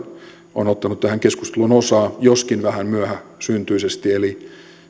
on ottanut tähän keskusteluun osaa joskin vähän myöhäsyntyisesti eli